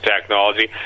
technology